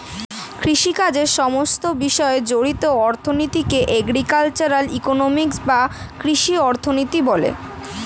কৃষিকাজের সমস্ত বিষয় জড়িত অর্থনীতিকে এগ্রিকালচারাল ইকোনমিক্স বা কৃষি অর্থনীতি বলে